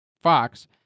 Fox